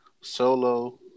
Solo